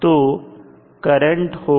तो करंट होगा